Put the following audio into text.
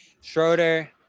schroeder